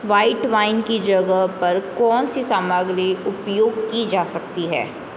white wine की जगह पर कौनसी सामग्री उपयोग की जा सकती है